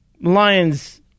Lions